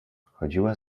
chodziła